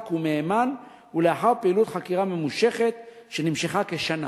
ומהימן ולאחר פעילות חקירה ממושכת שנמשכה כשנה.